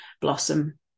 blossom